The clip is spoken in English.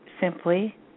simply